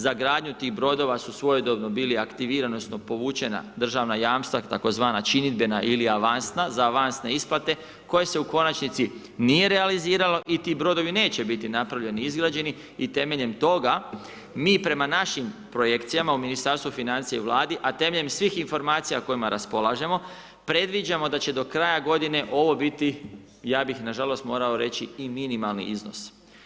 Za gradnju tih brodova su svojedobno bila aktivirana odnosno povučena državna jamstva tzv. činidbena ili avansna, za avansne isplate, koje se u konačnici nije realiziralo i ti brodovi neće biti napravljeni, izgrađeni i temeljem toga, mi prema našim projekcijama u Ministarstvu financija i Vladi, a temeljem svih informacija kojima raspolažemo, predviđamo da će do kraja godine ovo biti, ja bih na žalost morao reći, i minimalni iznos.